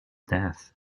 death